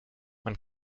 man